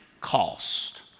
cost